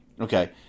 Okay